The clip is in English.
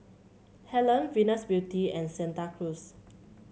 Helen Venus Beauty and Santa Cruz